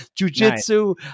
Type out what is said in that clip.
jujitsu